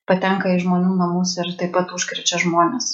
patenka į žmonių namus ir taip pat užkrečia žmones